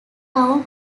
town